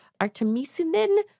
Artemisinin